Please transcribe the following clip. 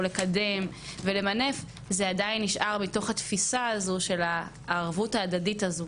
או לקדם ולמנף זה עדיין נשאר בתוך התפיסה הזו של הערבות ההדדית הזו